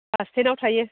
बास स्टेन्दआव थायो